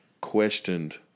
questioned